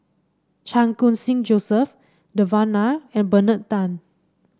Chan Khun Sing Joseph Devan Nair and Bernard Tan